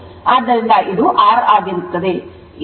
ಆದ್ದರಿಂದ ಇದು R ಆಗಿರುತ್ತದೆ